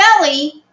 belly